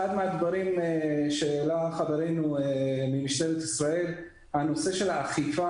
אחד מהדברים שהעלה חברנו ממשטרת ישראל הוא נושא האכיפה,